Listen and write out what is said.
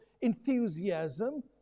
enthusiasm